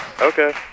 Okay